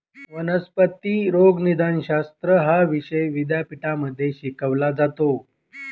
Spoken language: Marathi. वनस्पती रोगनिदानशास्त्र हा विषय विद्यापीठांमध्ये शिकवला जातो